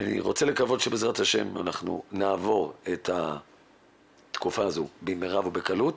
אני רוצה לקוות שבע"ה נעבור את התקופה הזו במהרה ובקלות.